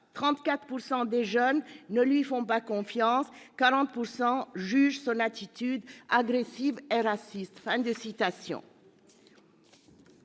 34 % des jeunes ne lui font pas confiance, 40 % jugent son attitude agressive et raciste. »